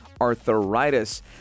arthritis